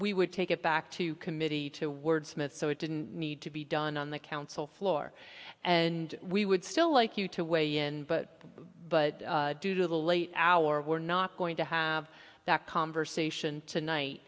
would take it back to committee to wordsmith so it didn't need to be done on the council floor and we would still like you to weigh in but but due to the late hour we're not going to have that conversation tonight